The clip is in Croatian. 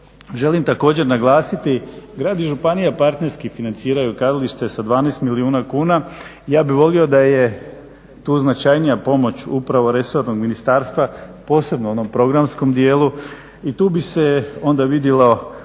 želim također naglasiti grad i županija parterski financiraju kazalište sa 12 milijuna kuna. Ja bi volio da je tu značajnija pomoć upravo resornog ministarstva posebno u onom programskom djelu i tu bi se onda vidilo da se